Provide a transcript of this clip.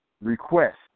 Request